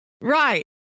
Right